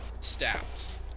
stats